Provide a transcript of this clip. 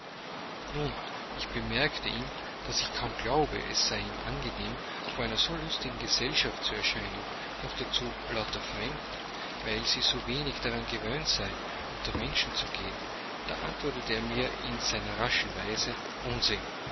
nun ich bemerkte ihm daß ich kaum glaube es sei ihnen angenehm vor einer so lustigen gesellschaft zu erscheinen noch dazu lauter fremde weil sie so wenig daran gewöhnt seien unter menschen zu gehen da antwortete er mir in seiner raschen weise unsinn